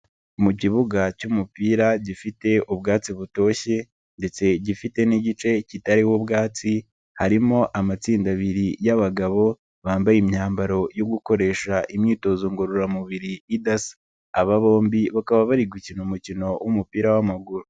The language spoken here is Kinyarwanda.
Mu kibuga cy'umupira gifite ubwatsi butoshye ndetse gifite n'igice kitariho ubwatsi, harimo amatsinda abiri y'abagabo, bambaye imyambaro yo gukoresha imyitozo ngororamubiri idasa, aba bombi bakaba bari gukina umukino w'umupira w'amaguru.